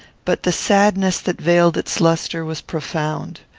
but the sadness that veiled its lustre was profound.